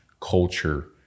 culture